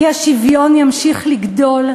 האי-שוויון ימשיך לגדול,